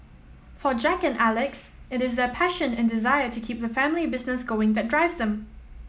for Jack and Alex it is their passion and desire to keep the family business going that drives them